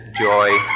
joy